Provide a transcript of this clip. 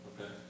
okay